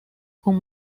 con